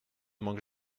manque